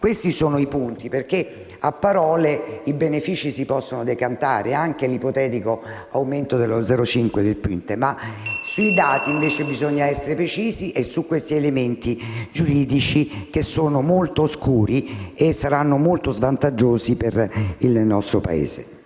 Questi sono i punti, perché a parole i benefici si possono decantare e anche l'ipotetico aumento dello 0,5 del PIL, ma sui dati invece bisogna essere precisi, così come su questi elementi giuridici che sono molto oscuri e saranno molto svantaggiosi per il nostro Paese.